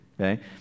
okay